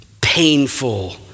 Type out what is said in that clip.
painful